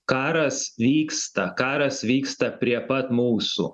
karas vyksta karas vyksta prie pat mūsų